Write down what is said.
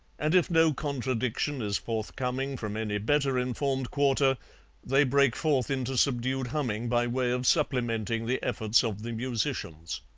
and if no contradiction is forthcoming from any better-informed quarter they break forth into subdued humming by way of supplementing the efforts of the musicians.